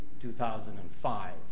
2005